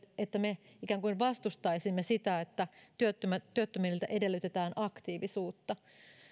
että me ikään kuin vastustaisimme sitä että työttömiltä edellytetään aktiivisuutta